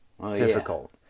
difficult